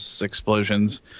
explosions